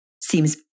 seems